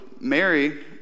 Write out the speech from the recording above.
Mary